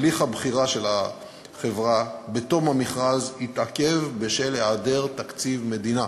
הליך הבחירה של החברה בתום המכרז התעכב בשל היעדר תקציב מדינה.